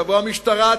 תבוא המשטרה,